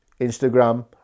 Instagram